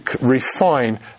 refine